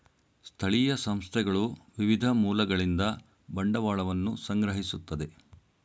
ಸ್ಥಳೀಯ ಸಂಸ್ಥೆಗಳು ವಿವಿಧ ಮೂಲಗಳಿಂದ ಬಂಡವಾಳವನ್ನು ಸಂಗ್ರಹಿಸುತ್ತದೆ